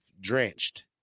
drenched